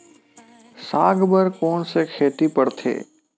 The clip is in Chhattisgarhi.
साग बर कोन से खेती परथे?